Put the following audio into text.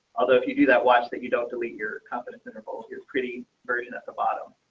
although if you do that watch that you don't delete your confidence intervals, you're pretty version at the bottom.